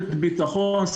אתה יכול להתעכב על זה שנייה?